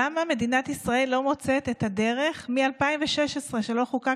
למה מדינת ישראל לא מוצאת את הדרך מ-2016 לחוקק